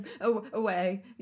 away